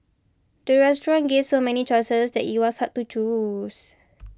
the restaurant gave so many choices that it was hard to choose